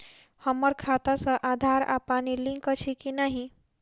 हम्मर खाता सऽ आधार आ पानि लिंक अछि की नहि?